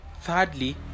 thirdly